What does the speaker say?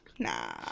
Nah